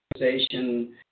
organization